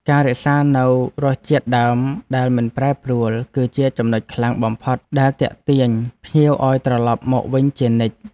ការរក្សានូវរសជាតិដើមដែលមិនប្រែប្រួល គឺជាចំនុចខ្លាំងបំផុតដែលទាក់ទាញភ្ញៀវឱ្យត្រឡប់មកវិញជានិច្ច។